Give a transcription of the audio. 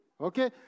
okay